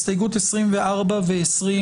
הסתייגות 24 ו-25.